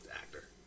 actor